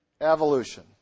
evolution